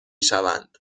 شوند